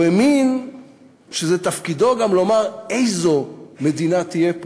הוא האמין שזה תפקידו גם לומר איזו מדינה תהיה פה,